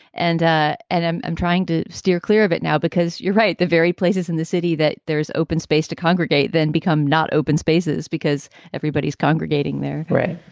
and ah and i am trying to steer clear of it now because you're right. the very places in the city that there's open space to congregate then become not open spaces because everybody's congregating there right